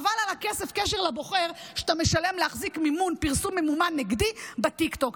חבל על הכסף של הקשר לבוחר שאתה משלם להחזיק פרסום ממומן נגדי בטיקטוק.